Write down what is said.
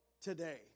today